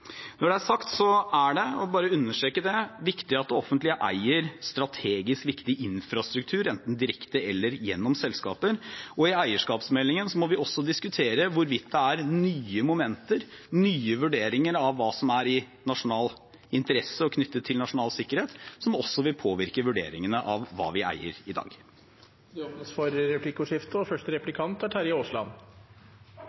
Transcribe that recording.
Når det er sagt, er det – og jeg bare understreker det – viktig at det offentlige eier strategisk viktig infrastruktur enten direkte eller gjennom selskaper. I eierskapsmeldingen må vi også diskutere hvorvidt det er nye momenter, nye vurderinger av hva som er i nasjonal interesse og knyttet til nasjonal sikkerhet, som også vil påvirke vurderingene av hva vi eier i dag. Det blir replikkordskifte. At det er forskjell mellom Høyre og